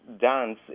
dance